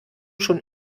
schon